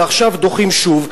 ועכשיו דוחים שוב.